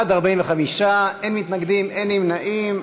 בעד, 45, אין מתנגדים, אין נמנעים.